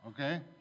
Okay